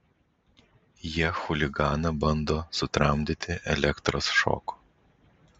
jie chuliganą bando sutramdyti elektros šoku